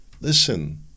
Listen